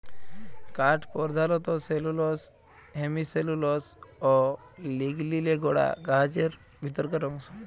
কাঠ পরধালত cellulose, hemicellulose অ লিগলিলে গড়া গাহাচের ভিতরকার অংশ